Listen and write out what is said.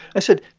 i said,